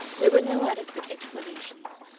there were no adequate explanations,